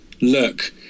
look